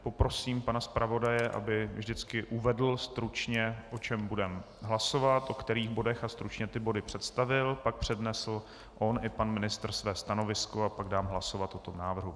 Poprosím tedy pana zpravodaje, aby vždycky uvedl stručně, o čem budeme hlasovat, o kterých bodech, a stručně ty body představil, pak přednesl on i pan ministr své stanovisko a pak dám hlasovat o tom návrhu.